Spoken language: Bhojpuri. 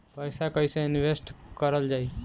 पैसा कईसे इनवेस्ट करल जाई?